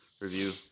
review